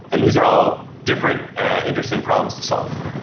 and these are all different interesting problems to solve.